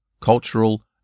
cultural